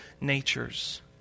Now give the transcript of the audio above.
natures